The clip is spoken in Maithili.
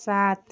सात